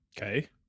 Okay